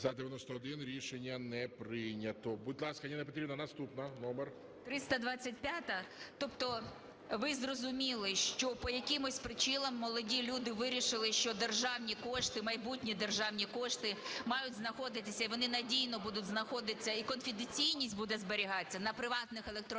За-91 Рішення не прийнято. Будь ласка, Ніна Петрівна, наступна, номер. 14:26:56 ЮЖАНІНА Н.П. 325-а. Тобто, ви зрозуміли, що по якимось причинам молоді люди вирішили, що державні кошти, майбутні державні кошти, мають знаходитися і вони надійно будуть знаходитися, і конфіденційність буде зберігатися на приватних електронних